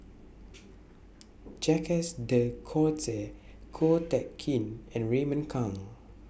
Jacques De Coutre Ko Teck Kin and Raymond Kang